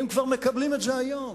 הם כבר מקבלים את זה היום,